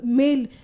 male